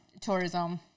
tourism